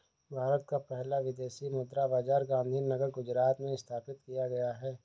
भारत का पहला विदेशी मुद्रा बाजार गांधीनगर गुजरात में स्थापित किया गया है